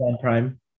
Prime